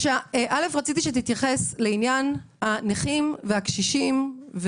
רציתי שתתייחס לעניין הנכים והקשישים.